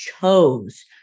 chose